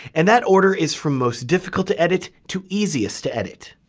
and that order is from most difficult to edit to easiest to edit.